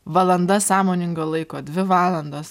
valanda sąmoningo laiko dvi valandos